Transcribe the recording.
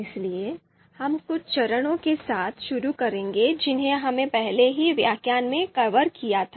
इसलिए हम कुछ चरणों के साथ शुरू करेंगे जिन्हें हमने पहले ही व्याख्यान में कवर किया था